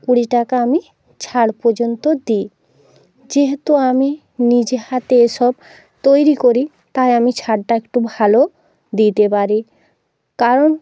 কুড়ি টাকা আমি ছাড় পর্যন্ত দিই যেহেতু আমি নিজে হাতে এসব তৈরি করি তাই আমি ছাড়টা একটু ভালো দিতে পারি কারণ